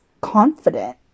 confident